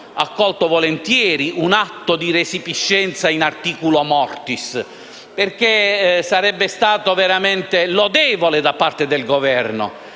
accolto volentieri un atto di resipiscenza *in articulo mortis*, perché sarebbe stato veramente lodevole da parte del Governo